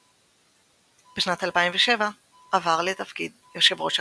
בשנת 2007 עבר לתפקיד יו"ר החברה.